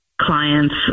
clients